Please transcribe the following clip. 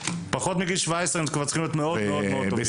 פחות מגיל 17 הם צריכים להיות מאוד טובים.